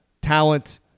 talent